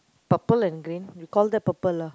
purple and green you call that purple lah